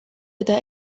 eta